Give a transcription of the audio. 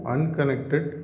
Unconnected